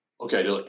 okay